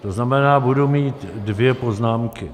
To znamená, budu mít dvě poznámky.